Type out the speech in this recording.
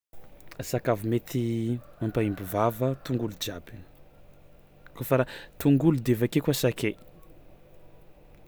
Sakafo mety mampahimbo vava tongolo jiaby kaofa raha tongolo de avy ake koa sakay.